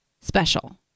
special